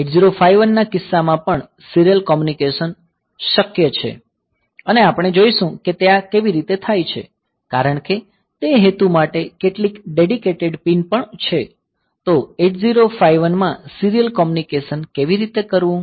8051 ના કિસ્સામાં પણ સીરીયલ કોમ્યુનિકેશન શક્ય છે અને આપણે જોઈશું કે આ કેવી રીતે થાય છે કારણ કે તે હેતુ માટે કેટલીક ડેડીકેટેડ પીન પણ છે તો 8051 માં સીરીયલ કોમ્યુનિકેશન કેવી રીતે કરવું